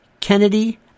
Kennedy